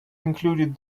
included